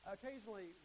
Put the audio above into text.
Occasionally